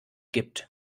gibt